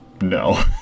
No